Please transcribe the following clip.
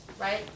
Right